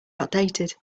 outdated